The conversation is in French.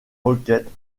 requêtes